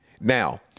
Now